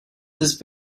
this